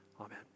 amen